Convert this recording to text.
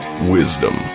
Wisdom